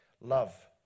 love